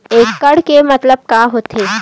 एकड़ के मतलब का होथे?